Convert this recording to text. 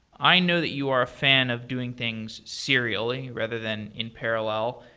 i know that you are a fan of doing things serially rather than in parallel,